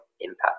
impact